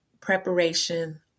preparation